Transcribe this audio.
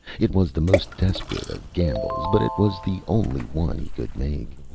it was the most desperate of gambles, but it was the only one he could make.